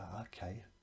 okay